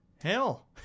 hell